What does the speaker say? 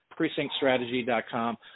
precinctstrategy.com